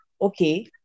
okay